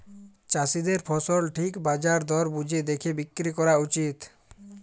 চাষীদের ফসল ঠিক বাজার দর বুঝে দ্যাখে বিক্রি ক্যরা উচিত